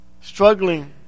struggling